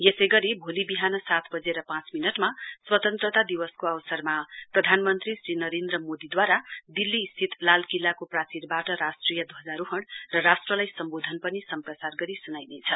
यसै गरी भोलि विहान सात बजेर पाँच मिन्टमा स्वतन्त्रता दिवसको अवसरमा प्रधान मन्त्री श्री नरेन्द्र मोदीदूवारा लाल किल्लाको प्रचीरवाट राष्ट्रिय ध्वजारोहण र राष्ट्रलाई सम्बोधन पनि सम्प्रसार गरी सुनाइनेछ